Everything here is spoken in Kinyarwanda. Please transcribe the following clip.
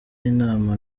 inama